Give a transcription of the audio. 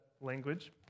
language